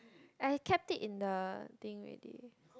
I kept it in the thing already